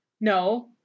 No